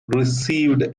received